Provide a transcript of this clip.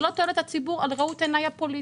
לא תועלת הציבור על ראות עיניי הפוליטיות.